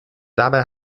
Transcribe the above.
dabei